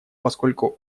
поскольку